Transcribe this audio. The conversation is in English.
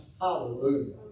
Hallelujah